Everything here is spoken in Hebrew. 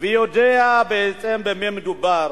ויודע בעצם במה מדובר,